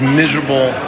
miserable